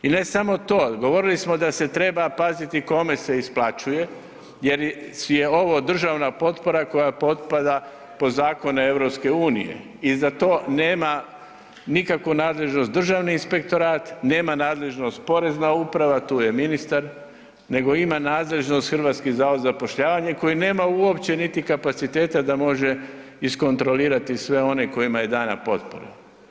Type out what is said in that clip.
I ne samo to, govorili smo da se treba paziti kome se isplaćuje jer je ovo državna potpora koja potpada pod zakone EU i za to nema nikakvu nadležnost državni inspektorat, nema nadležnost porezna uprava, tu je ministar, nego ima nadležnost HZZ koji nema uopće niti kapaciteta da može iskontrolirati sve one kojima je dana potpora.